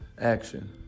action